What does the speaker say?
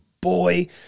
boy